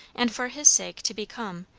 and for his sake to become,